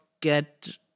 get